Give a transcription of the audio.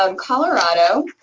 um colorado